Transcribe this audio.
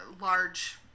large